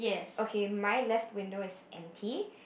okay my left window is empty